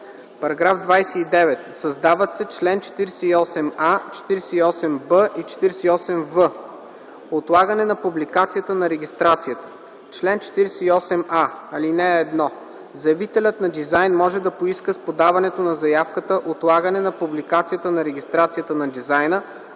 § 29: „§ 29. Създават се чл. 48а, 48б и 48в: „Отлагане на публикацията на регистрацията Чл. 48а. (1) Заявителят на дизайн може да поиска с подаването на заявката отлагане на публикацията на регистрацията на дизайна,